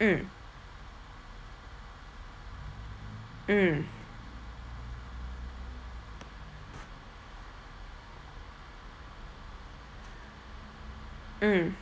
mm mm mm